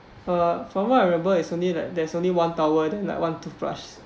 uh from what I remember it's only like there's only one towel then like one toothbrush